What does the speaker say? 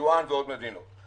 טייוואן ועוד מדינות.